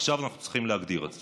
עכשיו צריכים להגדיר את זה.